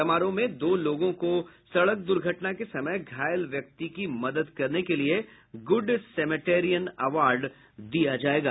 समारोह में दो लोगों को सड़क दुर्घटना के समय घायल व्यक्ति की मदद करने के लिए गुड सेमेटेरियन अवार्ड दिया जायेगा